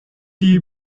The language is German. die